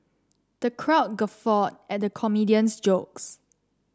the crowd guffawed at the comedian's jokes